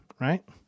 right